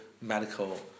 medical